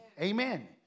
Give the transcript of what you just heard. Amen